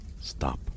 Stop